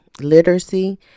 literacy